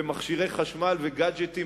מכשירי חשמל וגאדג'טים,